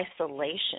isolation